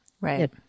Right